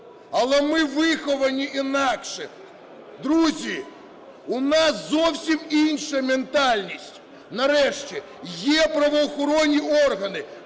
Але ми виховані інакше, друзі, у нас зовсім інша ментальність. Нарешті, є правоохоронні органи,